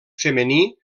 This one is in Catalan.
femení